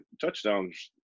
touchdowns